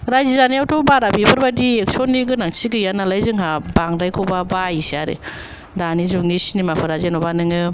रायजो जानायावथ' बारा बेफोरबादि एकशन नि गोनांथि गैयानाला जोंहा बांद्रायखौबा बायोसो आरो दानि जुगनि सिनिमा फोरा जेनबा नोङो